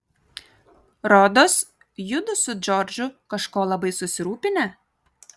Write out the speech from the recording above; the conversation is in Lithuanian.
rodos judu su džordžu kažko labai susirūpinę